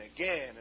again